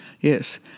yes